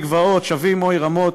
שבים, הוי גבעות, שבים, הוי רמות.